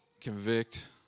convict